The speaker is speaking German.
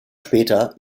später